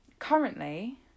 Currently